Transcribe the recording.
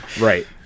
right